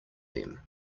them